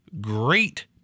great